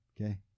Okay